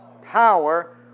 Power